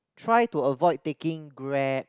try to avoid taking Grab